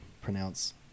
pronounce